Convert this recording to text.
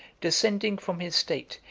descending from his state,